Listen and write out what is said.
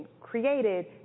created